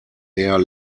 der